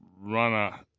runner